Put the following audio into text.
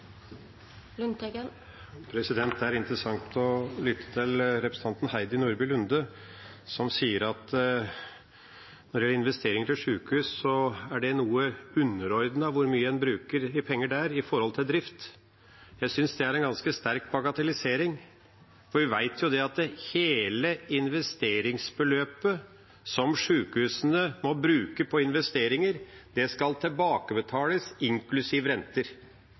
interessant å lytte til representanten Heidi Nordby Lunde, som sier om investeringer til sykehus at det er noe underordnet hvor mye en bruker i penger der når det gjelder drift. Jeg synes det er en ganske sterk bagatellisering, for vi vet jo at hele beløpet som sykehusene må bruke på investeringer, skal tilbakebetales, inklusive renter.